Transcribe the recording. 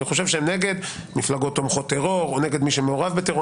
אני חושב שהם נגד מפלגות תומכות טרור או נגד מי שמעורב בטרור,